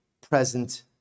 present